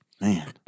Man